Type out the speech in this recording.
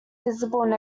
visible